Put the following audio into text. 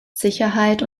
sicherheit